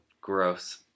Gross